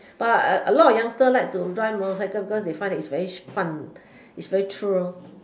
but a lot of youngsters like to drive motorcycle because they find that is very fun is very true